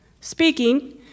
speaking